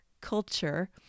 culture